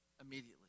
immediately